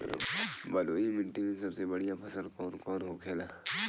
बलुई मिट्टी में सबसे बढ़ियां फसल कौन कौन होखेला?